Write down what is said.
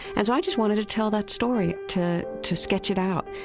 and so i just wanted to tell that story to to sketch it out.